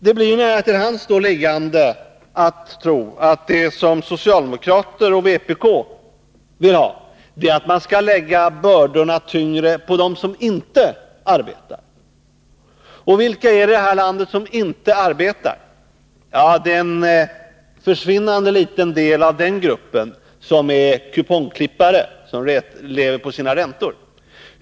Det ligger ju nära till hands att tro att vad socialdemokraterna och vpk vill är att lägga bördorna mer på dem som inte arbetar. Vilka är det i det här landet som inte arbetar? Ja, en försvinnande liten del av den gruppen är kupongklippare som lever på sina räntor.